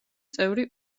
წევრი